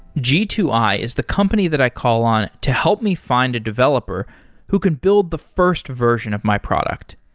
g two i is the company that i call on to help me find a developer who can build the first version of my product.